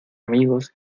amigos